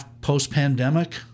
post-pandemic